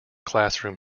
classroom